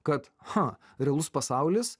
kad cha realus pasaulis